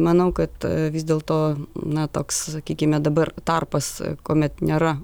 manau kad vis dėl to na toks sakykime dabar tarpas kuomet nėra